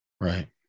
Right